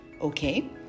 Okay